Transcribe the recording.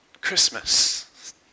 Christmas